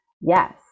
Yes